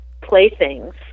playthings